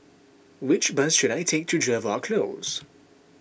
which bus should I take to Jervois Close